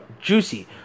juicy